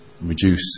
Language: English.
reduce